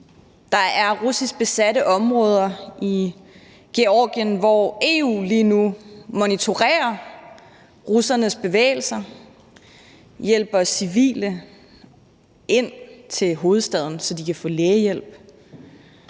Der er russisk besatte områder i Georgien, hvor EU lige nu monitorerer russernes bevægelser, hjælper civile ind til hovedstaden, så de kan få lægehjælp,